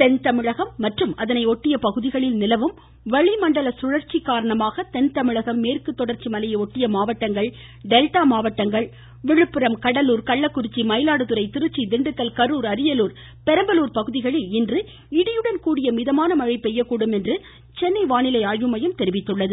தென்தமிழகம் மற்றும் அதனை ஒட்டிய பகுதிகளில் நிலவும் வளிமண்டல சுழற்சி காரணமாக தென்தமிழகம் மேற்கு தொடர்ச்சி மலையை ஒட்டிய மாவட்டங்கள் டெல்டா மாவட்டங்கள் விழுப்புரம் கடலூர் கள்ளக்குறிச்சி மயிலாடுதுறை திருச்சி திண்டுக்கல் கரூர் அரியலூர் பெரம்பலூர் பகுதிகளில் இன்று இடியுடன் கூடிய மிதமான மழை பெய்யக்கூடும் என்று சென்னை வானிலை ஆய்வு மையம் தெரிவித்துள்ளது